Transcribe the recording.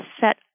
set